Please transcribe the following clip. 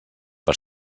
per